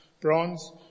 bronze